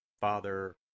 Father